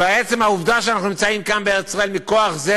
ועל עצם העובדה שאנחנו נמצאים כאן בארץ-ישראל מכוח זה